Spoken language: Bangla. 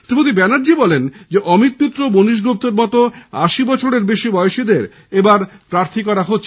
শ্রীমতী ব্যানার্জি বলেন অমিত মিত্র মনীশ গুপ্তর মত আশি বছরের বেশি বয়সীদের এইবার প্রার্থী করা হচ্ছে না